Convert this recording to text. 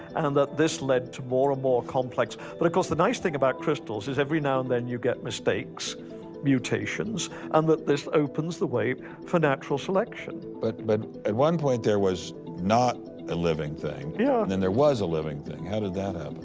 and that this led to more and ah more complex but of course the nice thing about crystals is that every now and then you get mistakes mutations and that this opens the way for natural selection. but but at one point there was not a living thing, yeah and then there was a living thing. how did that